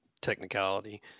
technicality